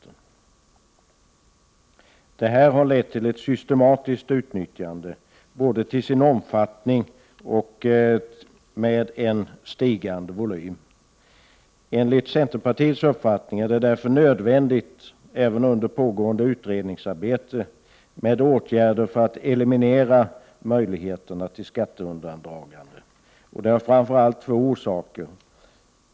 | Möjligheterna har utnyttjats systematiskt, och verksamheten har ökat >åde i omfattning och i volym. Enligt centerpartiets uppfattning är det därför nödvändigt, även under pågående utredningsarbete, med åtgärder som Himinerar möjligheterna till skatteundandragande, framför allt av två drsaker.